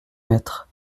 maîtres